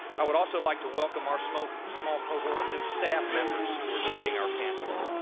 i would also like to welcome our small small cohort of new staff members who are joining our campus.